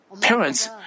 parents